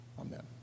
Amen